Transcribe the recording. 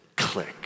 click